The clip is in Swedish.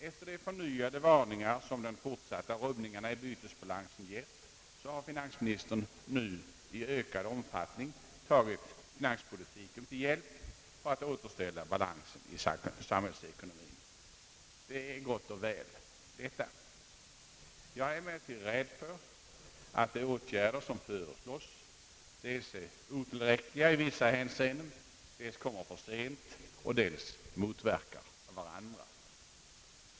Efter de förnyade varningar som de fortsatta rubbningarna i bytesbalansen givit, har finansministern nu i ökad omfattning tagit finanspolitiken till hjälp för att återställa balansen i samhällsekonomien, Det är gott och väl. Jag är emellertid rädd för att de åtgärder som föreslås dels är otillräckliga i vissa hänseenden, dels kommer för sent och dels motverkar varandra.